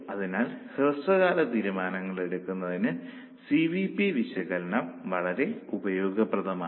അതിനാൽ ഹ്രസ്വകാല തീരുമാനങ്ങൾ എടുക്കുന്നതിന് സി വി പി വിശകലനം വളരെ ഉപയോഗപ്രദമാണ്